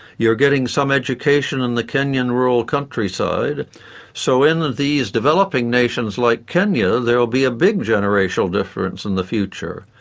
you're getting some education in the kenyan rural countryside so in these developing nations like kenya there will be a big generational difference in the future.